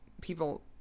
people